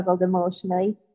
emotionally